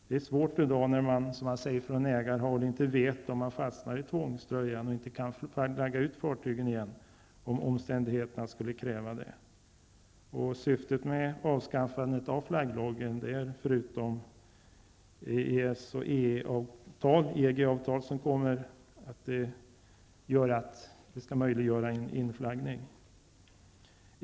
Det är svårt i dag när man, som det sägs från ägarhåll, inte vet om man fastnar i tvångströjan och inte kan flagga ut fartygen igen, om omständigheterna skulle kräva det. Syftet med avskaffandet av flagglagen är, förutom EES och EG-avtal som kommer, att möjliggöra en inflaggning.